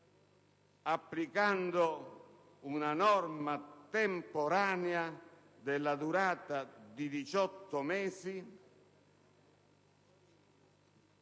applicando una norma temporanea della durata di 18 mesi,